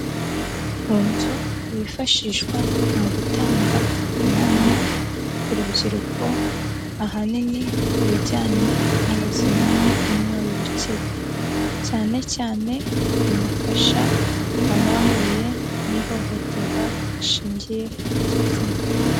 Ku nzu yifashishwa mu gutanga inama ku rubyiruko, ahanini ku bijyanye n'ubuzima bw'imyororokere, cyane cyane inafasha abahuye n'ihohoterwa rishingiye ku gitsina.